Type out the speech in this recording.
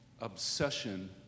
obsession